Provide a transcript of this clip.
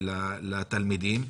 לתלמידים.